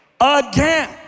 again